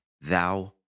Thou